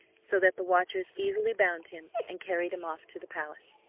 so that the watchers easily bound him, and carried him off to the palace.